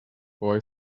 boy